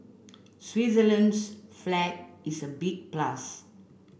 Switzerland's flag is a big plus